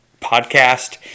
podcast